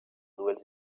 nouvelle